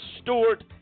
Stewart